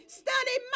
study